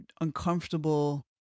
uncomfortable